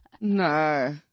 No